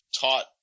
taught